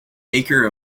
acre